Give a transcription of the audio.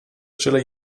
stelle